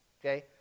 Okay